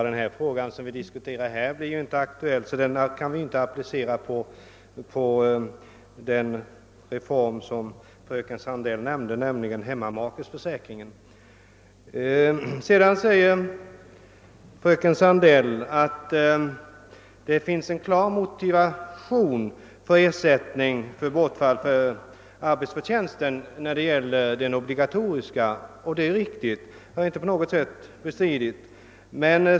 Herr talman! Den fråga vi här diskuterar kan vi inte applicera på den reform fröken Sandell sist nämnde, nämligen hemmamakeförsäkringen. Fröken Sandell påstår att det finns en klar motivation för ersättning vid inkomstbortfall när det gäller den obligatoriska sjukförsäkringen, och det är riktigt; jag vill inte på något sätt bestrida det.